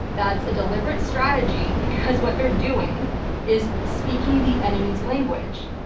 that's a deliberate strategy because what they're doing is speaking the enemy's language.